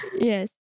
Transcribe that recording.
Yes